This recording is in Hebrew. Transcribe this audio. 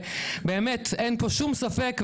באמת אין פה שום ספק.